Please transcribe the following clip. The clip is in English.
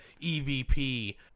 evp